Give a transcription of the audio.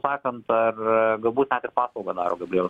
sakant ar galbūt paslaugą daro gabrielius